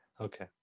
okay